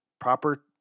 proper